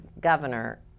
governor